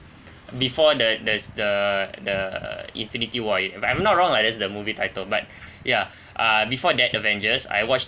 before the the the the infinity war if I am not wrong ah there's the movie title but ya err before that avengers I watched